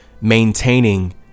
maintaining